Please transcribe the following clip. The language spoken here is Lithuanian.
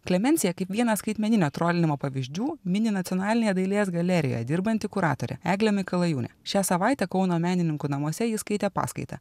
klemensiją kaip vieną skaitmeninio trolinimo pavyzdžių mini nacionalinėje dailės galerijoje dirbanti kuratore egle mikalajūnė šią savaitę kauno menininkų namuose ji skaitė paskaitą